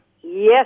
Yes